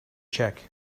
check